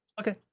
Okay